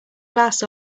glass